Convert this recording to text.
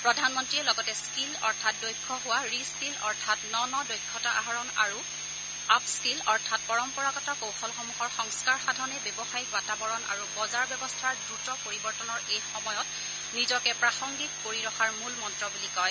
প্ৰধানমন্ত্ৰীয়ে লগতে স্থীল অৰ্থাৎ দক্ষ হোৱা ৰি স্থীল অৰ্থাৎ ন ন দক্ষতা আহৰণ কৰা আৰু আপ স্থীল অৰ্থাৎ পৰম্পৰাগত কৌশলসমূহৰ সংস্কাৰ সাধনেই ব্যৱসায়িক বাতাবৰণ আৰু বজাৰ ব্যৱস্থাৰ দ্ৰুত পৰিৱৰ্তনৰ এই সময়ত নিজকে প্ৰাসংগিক কৰি ৰখাৰ মূল মন্ত্ৰ বুলি কয়